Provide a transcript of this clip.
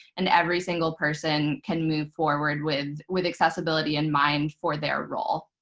and every single person can move forward with with accessibility in mind for their role.